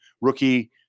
rookie